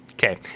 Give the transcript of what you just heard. Okay